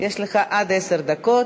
יש לך עד עשר דקות.